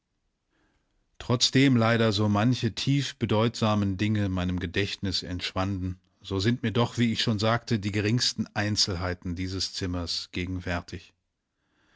trotzdem leider so manche tief bedeutsamen dinge meinem gedächtnis entschwanden so sind mir doch wie ich schon sagte die geringsten einzelheiten dieses zimmers gegenwärtig